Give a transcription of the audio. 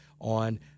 on